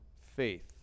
faith